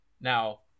Now